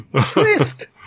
Twist